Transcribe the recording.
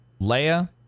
Leia